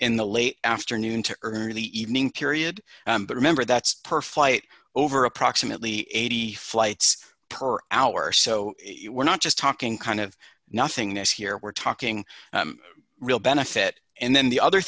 in the late afternoon to early evening period but remember that's per flight over approximately eighty flights per hour so we're not just talking kind of nothingness here we're talking real benefit and then the other